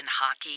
hockey